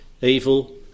evil